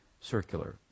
circular